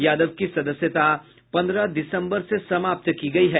यादव की सदस्यता पंद्रह दिसम्बर से समाप्त की गयी है